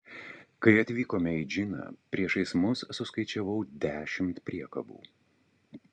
kai atvykome į džiną priešais mus suskaičiavau dešimt priekabų